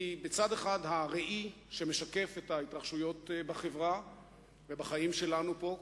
היא מצד אחד הראי שמשקף את ההתרחשויות בחברה ובחיים שלנו פה,